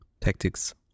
tactics